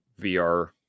VR